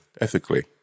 ethically